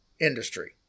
industry